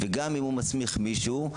וגם אם הוא מסמיך מישהו,